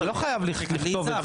אני לא חייב לכתוב את זה.